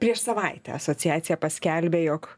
prieš savaitę asociacija paskelbė jog